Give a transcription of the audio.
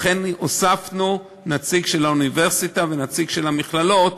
הוספנו נציג של האוניברסיטאות ונציג של המכללות,